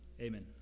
Amen